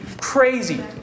Crazy